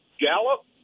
Gallup